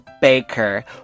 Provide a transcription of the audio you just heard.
baker